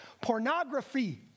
Pornography